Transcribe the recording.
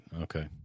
Okay